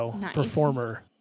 performer